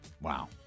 Wow